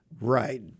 Right